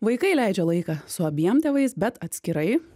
vaikai leidžia laiką su abiem tėvais bet atskirai